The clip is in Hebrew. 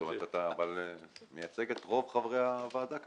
אתה מייצג את רוב חברי הוועדה כרגע.